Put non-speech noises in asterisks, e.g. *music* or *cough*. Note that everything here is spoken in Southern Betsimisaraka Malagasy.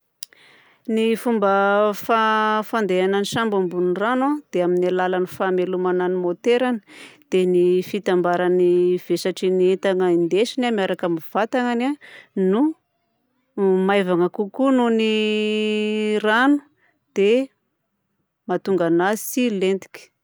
Ny fomba *hesitation* fa- fandehanan'ny sambo ambonin'ny rano a dia amin'ny alalan'ny famelomana ny môterany. Dia ny fitambaran'ny vesatry ny entana endesiny miaraka amin'ny vatagnagny a no *hesitation* maivana kokoa noho ny *hesitation* rano dia mahatonga anazy tsy hilentika.